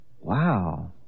wow